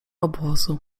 obozu